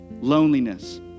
loneliness